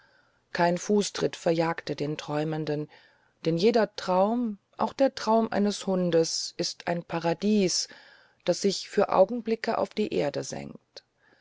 kein fußtritt verjagt den träumenden denn jeder traum auch der traum eines hundes ist ein paradies das sich für augenblicke auf die erde senkt